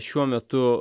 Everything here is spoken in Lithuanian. šiuo metu